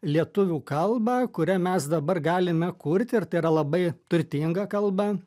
lietuvių kalbą kuria mes dabar galime kurti ir tai yra labai turtinga kalba